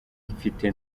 mfite